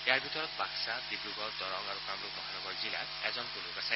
ইয়াৰ ভিতৰত বাকসা ডিব্ৰুগড় দৰং আৰু কামৰূপ মহানগৰ জিলাৰ এজনকৈ লোক আছে